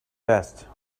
best